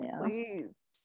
Please